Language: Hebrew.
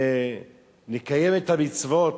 ונקיים את המצוות,